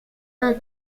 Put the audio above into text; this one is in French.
ont